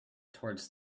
towards